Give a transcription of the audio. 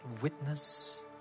witness